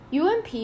UMP